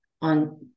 on